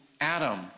Adam